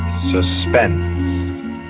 Suspense